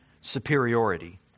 superiority